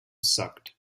sucked